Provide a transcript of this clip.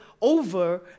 over